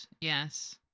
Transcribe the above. Yes